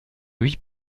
huit